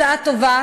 היא הצעה טובה,